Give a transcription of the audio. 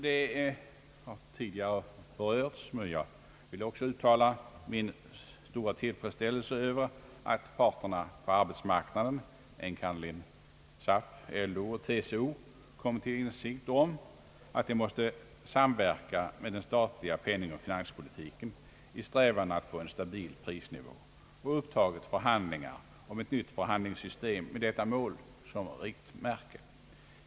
Det är med stor tillfredsställelse som även jag konstaterar att parterna på arbetsmarknaden, enkannerligen SAF, LO och TCO, kommit till insikt om att de måste samverka med den statliga penningoch finanspolitiken i strävandena att få en stabil prisnivå och har upptagit förhandlingar om ett nytt förhandlingssystem med detta mål som riktmärke.